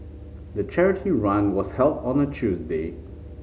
the charity run was held on a Tuesday